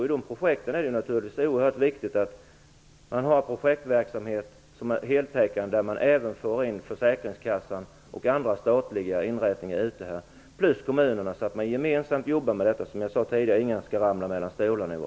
I de projekten är det oerhört viktigt att projektverksamheten är heltäckande, att man även för in Försäkringskassan och andra statliga inrättningar samt kommunerna och att man gemensamt jobbar med detta så att ingen skall ramla mellan stolarna.